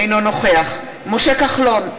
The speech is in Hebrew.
אינו נוכח משה כחלון,